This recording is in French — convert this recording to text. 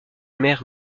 mère